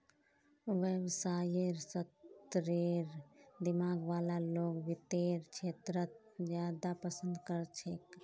व्यवसायेर स्तरेर दिमाग वाला लोग वित्तेर क्षेत्रत ज्यादा पसन्द कर छेक